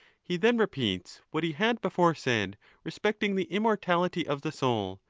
he then repeats what he had before said respecting the immortality of the soul,